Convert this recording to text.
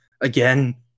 again